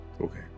Okay